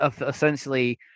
essentially